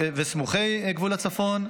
וסמוכי גבול הצפון,